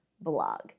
blog